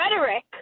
rhetoric